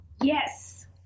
Yes